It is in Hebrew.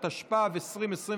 התשפ"ב 2021,